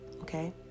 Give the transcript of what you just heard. okay